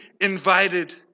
invited